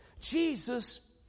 Jesus